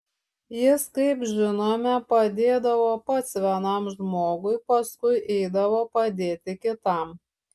jis kaip žinome padėdavo pats vienam žmogui paskui eidavo padėti kitam